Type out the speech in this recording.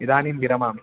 इदानीं विरमामि